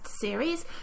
series